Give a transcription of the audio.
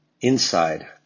inside